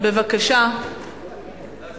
1 10